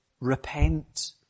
Repent